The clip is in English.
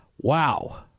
Wow